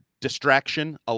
distraction